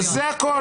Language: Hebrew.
זה הכול.